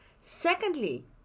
Secondly